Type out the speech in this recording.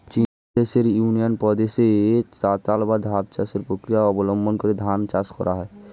চীনদেশের ইউনান প্রদেশে চাতাল বা ধাপ চাষের প্রক্রিয়া অবলম্বন করে ধান চাষ করা হয়